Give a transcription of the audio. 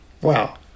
wow